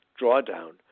drawdown